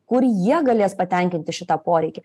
kur jie galės patenkinti šitą poreikį